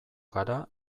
gara